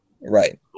Right